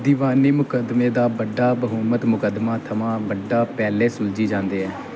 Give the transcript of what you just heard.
दीवानी मुकद्दमें दा बड्डा बहुमत मुकद्दमा थमां बड़ा पैह्लें सुलझी जांदे ऐ